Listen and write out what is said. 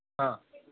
હા